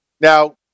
Now